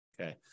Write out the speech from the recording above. Okay